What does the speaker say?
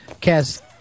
cast